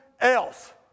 else